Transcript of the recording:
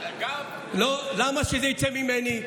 למה שזה יצא ממני?